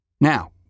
Now